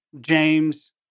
James